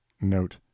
note